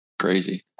crazy